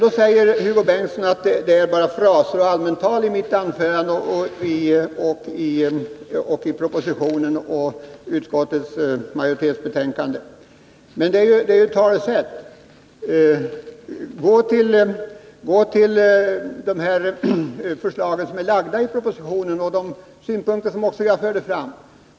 Då säger Hugo Bengtsson att det är bara fraser och allmänt tal i mitt anförande, i propositionen och i utskottets majoritetsbetänkande. Men det är ju talesätt. Gå till förslagen i propositionen och de synpunkter som också jag förde fram.